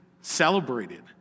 celebrated